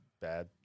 bad